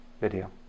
video